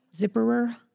Zipperer